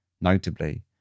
Notably